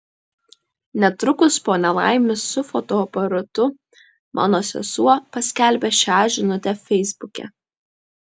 netrukus po nelaimės su fotoaparatu mano sesuo paskelbė šią žinutę feisbuke